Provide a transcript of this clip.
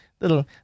little